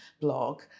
blog